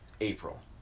April